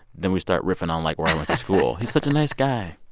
then we start riffing on, like, where i went to school. he's such a nice guy.